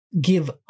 give